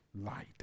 light